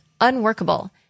unworkable